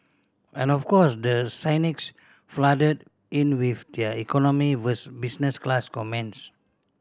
and of course the cynics flooded in with their economy vs business class comments